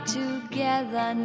together